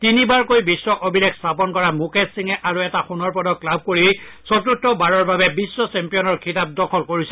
তিনিবাৰকৈ বিশ্ব অভিলেখ স্থাপন কৰা মুকেশ সিঙে আৰু এটা সোণৰ পদক লাভ কৰি তেওঁ চতুৰ্থবাৰৰ বাবে বিশ্ব চেম্পিয়নৰ খিতাপ দখল কৰিছে